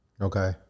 Okay